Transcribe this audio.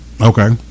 Okay